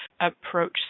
approach